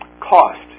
cost